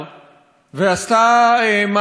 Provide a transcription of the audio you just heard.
ועשתה מאבק גדול,